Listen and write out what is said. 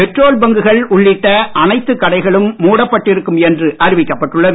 petrol பங்குகள் உள்ளிட்ட அனைத்து கடைகளும் மூடப்பட்டிருக்கும் என்று அறிவிக்கப்பட்டுள்ளது